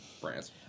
France